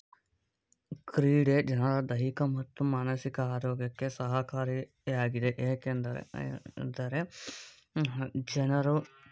ಕ್ರೀಡೆ ಜನರ ದೈಹಿಕ ಮತ್ತು ಮಾನಸಿಕ ಆರೋಗ್ಯಕ್ಕೆ ಸಹಕಾರಿಯಾಗಿದೆ ಏಕೆಂದ ದರೆ ಜನರು